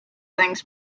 things